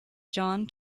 john